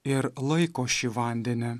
ir laiko šį vandenį